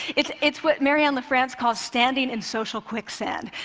it's it's what marianne lafrance calls standing in social quicksand.